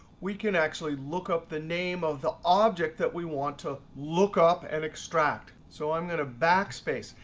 we can actually look up the name of the object that we want to look up and extract. so i'm going to backspace.